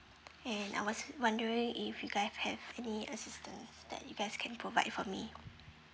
and I was wondering if you guys have any assistance that you guys can provide for me